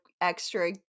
extra